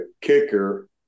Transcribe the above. kicker